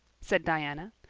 said diana,